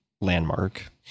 Landmark